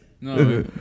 No